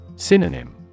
synonym